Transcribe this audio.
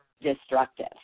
destructive